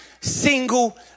single